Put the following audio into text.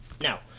Now